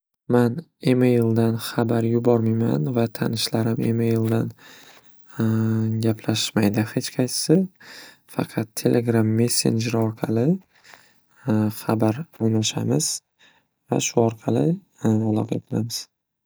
Man emaildan xabar yubormiman va tanishlarim emaildan gaplashishmaydi hech qaysisi. Faqat telegram messenjeri orqali xabar almashamiz va shu orqali aloqa qilamiz.